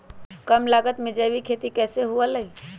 कम लागत में जैविक खेती कैसे हुआ लाई?